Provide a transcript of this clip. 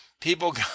people